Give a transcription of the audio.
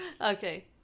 okay